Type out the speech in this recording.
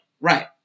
Right